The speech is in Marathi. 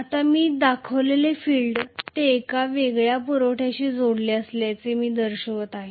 आता मी दाखविलेले फील्ड ते एका वेगळ्या पुरवठ्याशी जोडलेले असल्यासारखे मी ते दर्शविले आहे